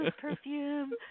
perfume